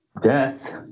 Death